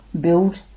Build